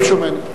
לא ביקשו ממני.